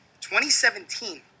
2017